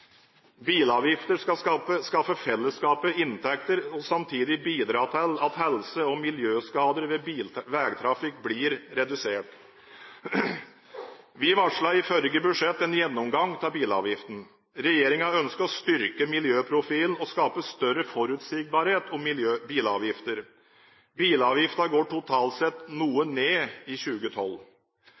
skaffe fellesskapet inntekter og samtidig bidra til at helse- og miljøskadene ved veitrafikk blir redusert. Vi varslet i forrige budsjett en gjennomgang av bilavgiften. Regjeringen ønsker å styrke miljøprofilen og å skape større forutsigbarhet om bilavgiftene. Bilavgiftene går totalt sett noe ned i 2012.